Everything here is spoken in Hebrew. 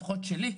לפחות שלי,